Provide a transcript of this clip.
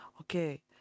Okay